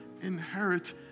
inherit